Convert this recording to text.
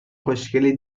خوشگلی